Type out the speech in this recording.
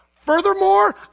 Furthermore